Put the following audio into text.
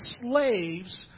slaves